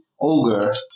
ogre